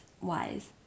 wise